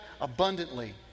abundantly